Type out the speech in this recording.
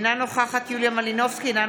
אינה נוכחת יוליה מלינובסקי קונין,